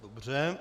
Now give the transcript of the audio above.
Dobře.